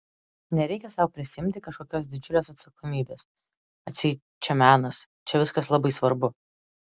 nereikia sau prisiimti kažkokios didžiulės atsakomybės atseit čia menas čia viskas labai svarbu